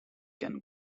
can